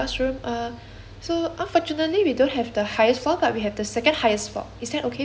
so unfortunately we don't have the highest floor but we have the second highest floor is that okay for you